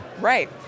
Right